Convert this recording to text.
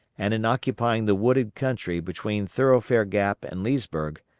and in occupying the wooded country between thoroughfare gap and leesburg,